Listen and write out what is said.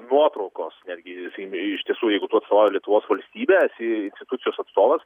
nuotraukos netgi sakykim iš tiesų jeigu tu atstovauji lietuvos valstybę esi institucijos atstovas